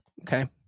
Okay